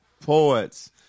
poets